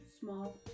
small